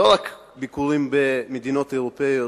לא רק ביקורים במדינות אירופיות,